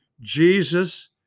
Jesus